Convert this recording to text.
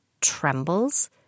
trembles